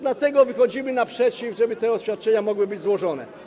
Dlatego wychodzimy naprzeciw, żeby te oświadczenia mogły być złożone.